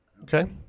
Okay